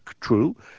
true